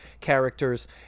characters